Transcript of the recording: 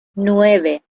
nueve